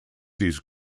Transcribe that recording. these